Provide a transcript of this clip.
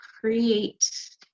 create